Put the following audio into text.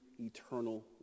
eternal